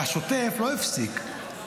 והשוטף לא הפסיק,